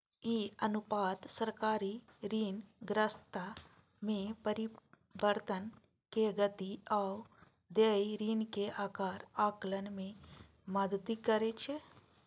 ई अनुपात सरकारी ऋणग्रस्तता मे परिवर्तनक गति आ देय ऋणक आकार आकलन मे मदति करै छै